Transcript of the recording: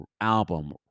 album